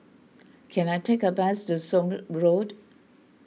can I take a bus to Somme Road